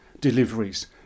deliveries